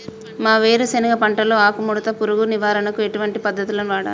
మా వేరుశెనగ పంటలో ఆకుముడత పురుగు నివారణకు ఎటువంటి పద్దతులను వాడాలే?